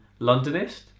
Londonist